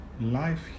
life